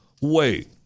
wait